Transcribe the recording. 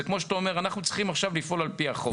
זה כמו שאתה אומר אנחנו צריכים לפעול על פי החוק.